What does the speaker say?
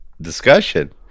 discussion